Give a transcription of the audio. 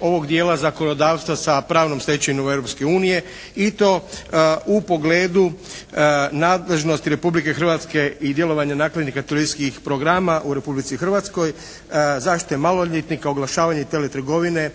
ovog dijela zakonodavstva sa pravnom stečevinom Europske unije i to u pogledu nadležnosti Republike Hrvatske i djelovanja nakladnika televizijskih programa u Republici Hrvatskoj, zaštite maloljetnika, oglašavanje i teletrgovine,